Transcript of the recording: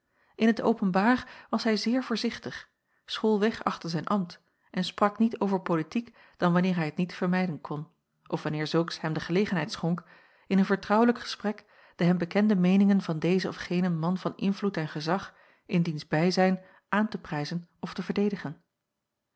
in t openbaar was hij zeer voorzichtig school weg achter zijn ambt en sprak niet over politiek dan wanneer hij t niet vermijden kon of wanneer zulks hem de gelegenheid schonk in een vertrouwelijk gesprek de hem bekende meeningen van dezen of genen man van invloed en gezag in diens bijzijn aan te prijzen of te verdedigen